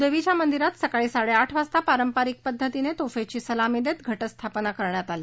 देवीच्या मंदिरात आज सकाळी साडेआठ वाजता पारंपरिक पद्धतीने तोफेची सलामी देत घटस्थापना करण्यात आली